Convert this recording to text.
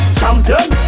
champion